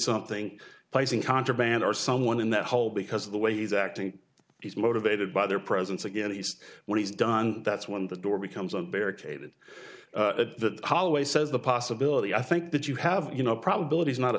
something by using contraband or someone in that hole because of the way he's acting he's motivated by their presence again he's what he's done that's when the door becomes a barricaded that holloway says the possibility i think that you have you know probability is not a